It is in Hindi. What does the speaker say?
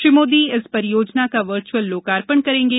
श्री मोदी इस परियोजना का वर्चुअल लोकार्पण करेंगे